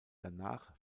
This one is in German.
danach